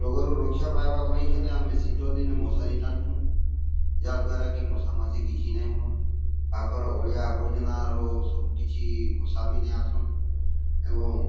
ରୋଗରୁ ରକ୍ଷା ପାଇବା ପାଇଁ ହେଲେ ଆମେ ଶୀତ ଦିନେ ମାସାରୀ ଟାଙ୍ଗ୍ସୁଁ ଯାହା ଦ୍ଵାରାକି ମଶା ମଶି କିଛି ନାଇଁ ହୁଅନ୍ ପାଖରେ ଅଳିଆ ଆବର୍ଜନାରୁ ସବୁ କିଛି ମଶା ବି ନାଇଁ ଆସନ୍ ଏବଂ